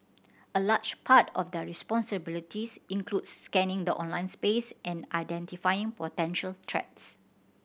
a large part of their responsibilities includes scanning the online space and identifying potential threats